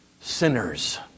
sinners